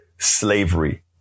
Slavery